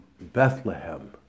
Bethlehem